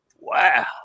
wow